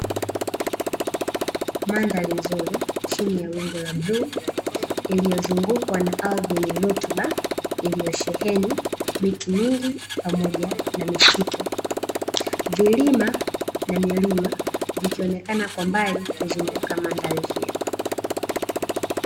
Mandhari nzuri chini ya wingu la bluu iliyozungukwa na ardhi yenye rutuba iliyosheheni miti mingi pamoja na misitu. Vilima na milima vikionekana kwa mbali kuzunguka mandhari hiyo.